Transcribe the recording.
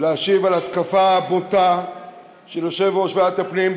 להשיב על ההתקפה הבוטה של יושב-ראש ועדת הפנים,